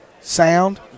sound